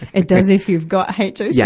it does if you've got hocd. so yeah